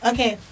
Okay